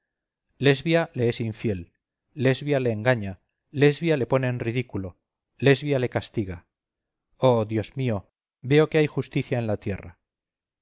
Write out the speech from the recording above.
lesbia le es infiel lesbia le engaña lesbia le pone en ridículo lesbia le castiga oh dios mío veo que hay justicia en la tierra